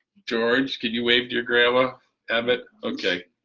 george can you wave your grandma a bit okay,